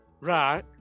Right